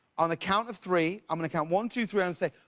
on the count of three, i'm going to count one, two, three and say,